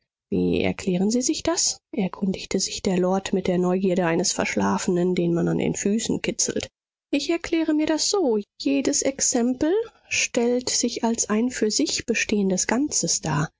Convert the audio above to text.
wie erklären sie sich das erkundigte sich der lord mit der neugierde eines verschlafenen den man an den füßen kitzelt ich erkläre mir das so jedes exempel stellt sich als ein für sich bestehendes ganzes dar